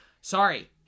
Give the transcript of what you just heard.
Sorry